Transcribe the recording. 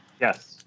Yes